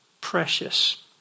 precious